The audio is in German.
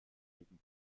wegen